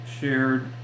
shared